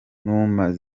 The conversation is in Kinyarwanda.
gutora